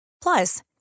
Plus